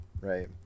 right